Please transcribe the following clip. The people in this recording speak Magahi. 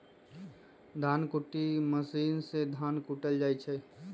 धन कुट्टी मशीन से धान कुटल जाइ छइ